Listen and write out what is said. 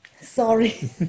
Sorry